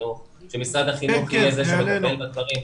החינוך ומשרד החינוך יהיה זה שאחראי לדברים.